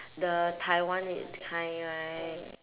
the taiwan i~ kind right